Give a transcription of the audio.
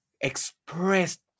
expressed